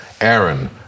Aaron